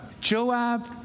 Joab